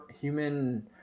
human